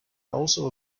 also